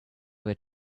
over